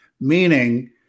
meaning